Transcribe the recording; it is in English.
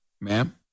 Ma'am